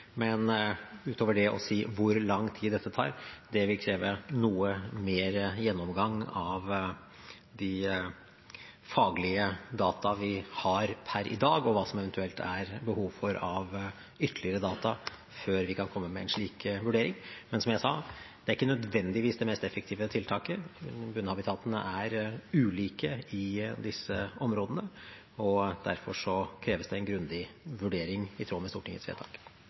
men utover det å si hvor lang tid dette tar, vil kreve noe mer gjennomgang av de faglige dataene vi har per i dag, og hva som det eventuelt er behov for av ytterligere data, før vi kan komme med en slik vurdering. Men som jeg sa: Det er ikke nødvendigvis det mest effektive tiltaket. Bunnhabitatene er ulike i disse områdene, og derfor kreves det en grundig vurdering i tråd med Stortingets vedtak.